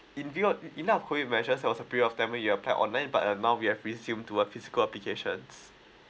in view of in our COVID measure there was a period of time when you're apply online but uh now we have resume to uh physical applications